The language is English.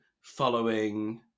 following